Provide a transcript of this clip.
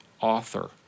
author